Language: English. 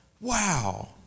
wow